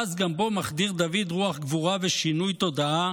ואז גם בו מחדיר דוד רוח גבורה ושינוי תודעה